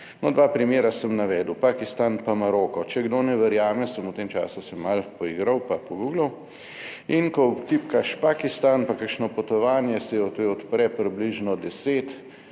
No, dva primera sem navedel: Pakistan pa Maroko. Če kdo ne verjame sem v tem času malo pogooglal, in ko vtipkaš Pakistan pa kakšno potovanje se odpre približno deset